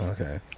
Okay